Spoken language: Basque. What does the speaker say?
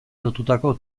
lotutako